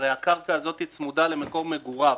הרי הקרקע הזאת צמודה למקום מגוריו.